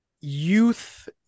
youth